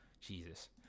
Jesus